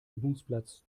übungsplatz